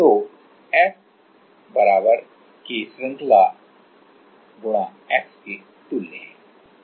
तो F K श्रंखला x के तुल्य है